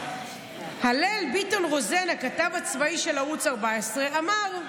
הלל ביטון רוזן, הכתב הצבאי של ערוץ 14, אמר: